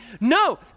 No